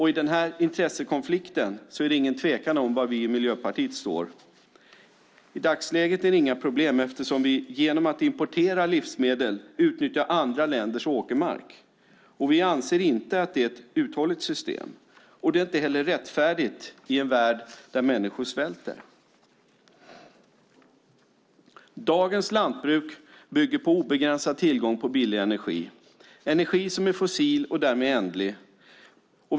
I den här intressekonflikten är det ingen tvekan om var vi i Miljöpartiet står. I dagsläget är det inga problem, eftersom vi genom att importera livsmedel utnyttjar andra länders åkermark. Vi anser inte att det är ett uthålligt system. Det är inte heller rättfärdigt i en värld där människor svälter. Dagens lantbruk bygger på obegränsad tillgång på billig energi, energi som är fossil och därmed ändlig.